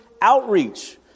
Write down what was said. outreach